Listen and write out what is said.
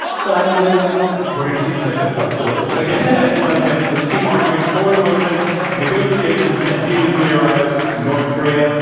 so, i've been doing it ever since. we're going to see tonight just how cool it is. again, thank you bonnie jenkins and the team arguing for the motion negotiations can denuclearize north korea.